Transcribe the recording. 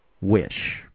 wish